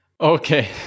okay